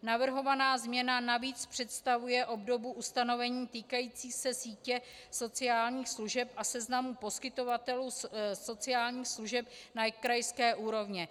Navrhovaná změna navíc představuje obdobu ustanovení týkající se sítě sociálních služeb a seznamu poskytovatelů sociálních služeb na krajské úrovni.